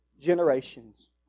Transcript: generations